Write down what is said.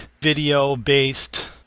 video-based